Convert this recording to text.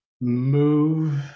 Move